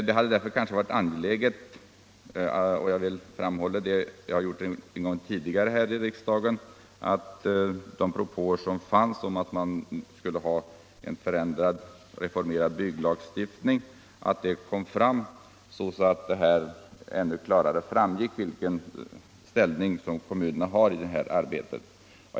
Det hade därför varit angeläget — jag har framhållit det en gång tidigare här i riksdagen — att de propåer som fanns om en reformerad bygglagstiftning kom fram så att det klarare framgick vilken ställning kommunerna har i detta arbete.